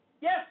Yes